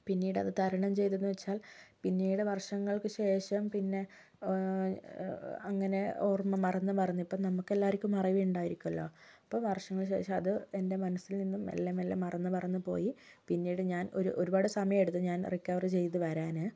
പിന്നീടത് തരണം ചെയ്തെന്ന് വെച്ചാൽ പിന്നീട് വർഷങ്ങൾക്ക് ശേഷം പിന്നെ അങ്ങനെ ഓർമ മറന്ന് മറന്ന് ഇപ്പം നമുക്കെല്ലാവർക്കും മറവി ഉണ്ടായിരിക്കുമല്ലോ അപ്പോൾ വർഷങ്ങൾക്ക് ശേഷം അത് എൻ്റെ മനസിൽ നിന്നും മെല്ലെ മെല്ലെ മറന്ന് മറന്ന് പോയി പിന്നീട് ഞാൻ ഒരുപാട് സമയം എടുത്തു ഞാൻ റിക്കവർ ചെയ്തു വരാന്